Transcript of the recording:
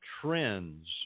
trends